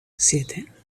siete